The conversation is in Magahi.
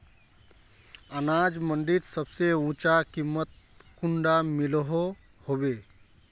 अनाज मंडीत सबसे ऊँचा कीमत कुंडा मिलोहो होबे?